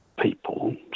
people